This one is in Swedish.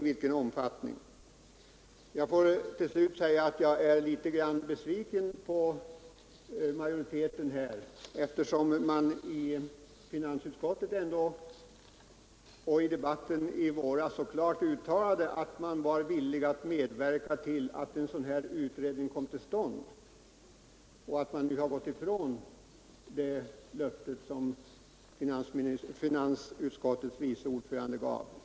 Jag vill till slut säga att jag är litet besviken på utskottsmajoriteten, eftersom man både i finansutskottet och i debatten i våras klart uttalade att man var villig att medverka till att en sådan här utredning kom till stånd. Nu har man gått ifrån det löfte som finansutskottets vice ordförande gav.